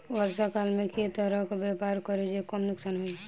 वर्षा काल मे केँ तरहक व्यापार करि जे कम नुकसान होइ?